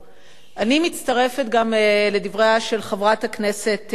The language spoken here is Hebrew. אני מצטרפת גם לדבריה של חברת הכנסת תירוש